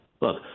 Look